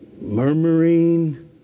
murmuring